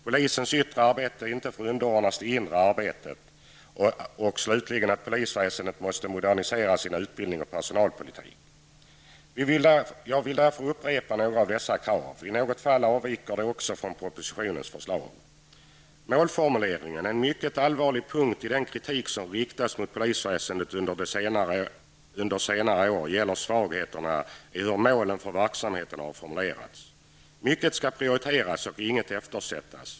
Polisens yttre arbete får inte underordnas det inre arbetet. Slutligen måste polisväsendet modernisera sin utbildning och personalpolitik. Jag vill därför upprepa några av dessa krav, som i något fall avviker från propositionens förslag. En mycket allvarlig punkt i den kritik som under senare år har riktats mot polisväsendet gäller svagheterna beträffande de mål som har formulerats för verksamheten. Mycket skall prioriteras och inget skall eftersättas.